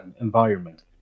environment